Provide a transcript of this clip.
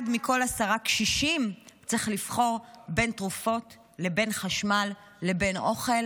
אחד מכל עשרה קשישים צריך לבחון בין תרופות לבין חשמל לבין אוכל,